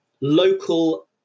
local